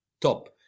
top